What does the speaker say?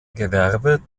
gewerbe